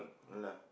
no lah